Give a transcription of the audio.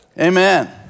Amen